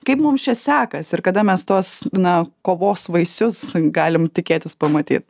kaip mums čia sekas ir kada mes tos na kovos vaisius galim tikėtis pamatyt